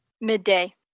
Midday